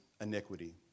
iniquity